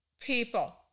people